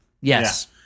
Yes